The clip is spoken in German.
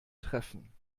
treffen